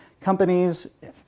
companies